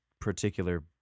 particular